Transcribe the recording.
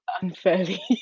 unfairly